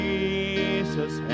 Jesus